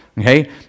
Okay